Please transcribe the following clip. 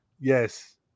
Yes